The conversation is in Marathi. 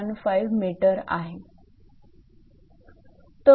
615 𝑚 आहे